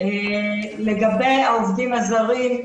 לגבי העובדים הזרים.